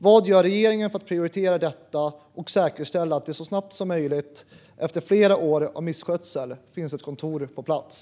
Vad gör regeringen för att prioritera detta och säkerställa att det så snabbt som möjligt efter flera år av misskötsel finns ett kontor på plats?